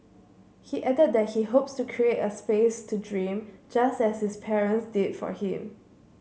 he added that he hopes to create a space to dream just as his parents did for him